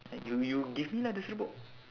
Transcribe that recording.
uh you you give me lah the serbuk